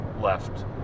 left